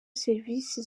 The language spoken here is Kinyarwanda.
serivisi